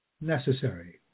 necessary